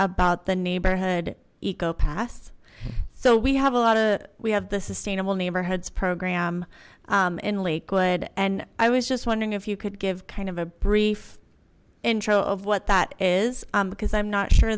about the neighborhood eco pass so we have a lot of we have the sustainable neighborhoods program in lakewood and i was just wondering if you could give kind of a brief intro of what that is because i'm not sure